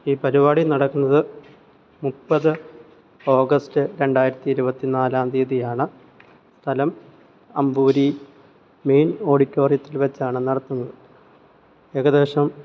ഈ പരിപാടി നടക്കുന്നത് മുപ്പത് ഓഗസ്റ്റ് രണ്ടായിരത്തി ഇരുപത്തിനാലാം തിയ്യതിയാണ് സ്ഥലം അമ്പൂരി മെയിൻ ഓഡിറ്റോറിയത്തിൽ വെച്ചാണ് നടത്തുന്നത് ഏകദേശം